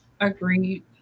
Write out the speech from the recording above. Agreed